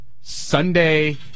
Sunday